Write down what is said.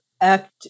act